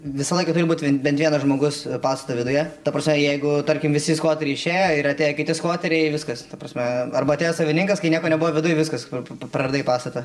visą laiką turi būti bent vienas žmogus pastato viduje ta prasme jeigu tarkim visi skvoteriai išėję ir atėjo kiti skvoteriai viskas ta prasme arba atėjo savininkas kai nieko nebuvo viduj viskas kur praradai pastatą